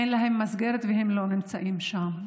אין מסגרת והם לא נמצאים שם.